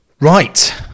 Right